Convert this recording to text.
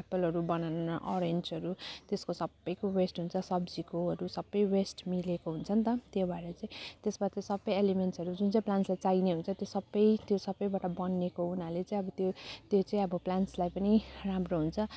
एप्पलहरू बनाना अरेन्जहरू त्यसको सबैको वेस्ट हुन्छ सब्जीकोहरू सबै वेस्ट मिलेको हुन्छ नि त त्यही भएर चाहिँ त्यसमा त सबै एलिमेन्टसहरू जुन चाहिँ प्लान्टसलाई चाहिने हुन्छ त्यो सबै त्यो सबैबाट बनिएको हुनाले चाहिँ अब त्यो त्यो चाहिँ अब प्लान्ट्सलाई पनि राम्रो हुन्छ